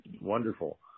wonderful